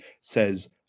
says